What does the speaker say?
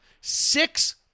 six